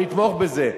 אני אתמוך בזה,